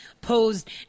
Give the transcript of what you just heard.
posed